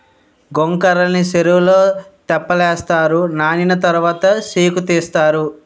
గొంకర్రలని సెరువులో తెప్పలేస్తారు నానిన తరవాత సేకుతీస్తారు